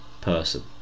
person